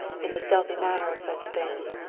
in the stealthy manner of such things,